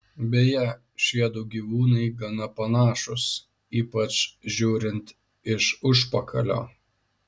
beje šiedu gyvūnai gana panašūs ypač žiūrint iš užpakalio